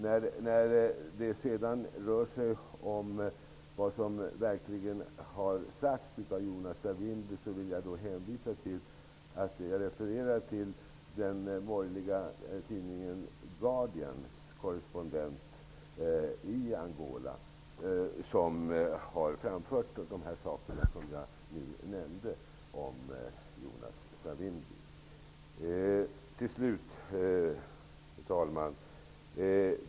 När det gäller vad som verkligen har sagts av Jonas Savimbi vill jag referera till den borgerliga tidningen The Guardians korrespondent i Angola, som har framfört de saker som jag nu nämnde om Herr talman!